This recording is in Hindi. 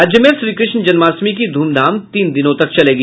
राज्य में श्रीकृष्ण जन्माष्टमी की धूमधाम तीन दिनों तक चलेगी